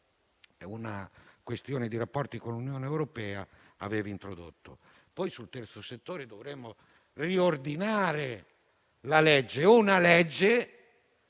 una questione di rapporti con l'Unione europea - si era introdotto. Sul terzo settore dovremmo riordinare la legge, che